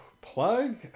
Plug